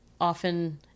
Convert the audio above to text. often